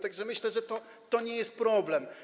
Tak że myślę, że to nie jest problem.